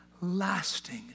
lasting